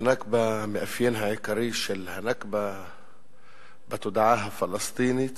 המאפיין העיקרי של ה"נכבה" בתודעה הפלסטינית